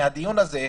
מהדיון הזה,